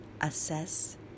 assess